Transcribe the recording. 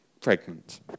pregnant